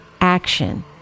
action